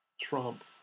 Trump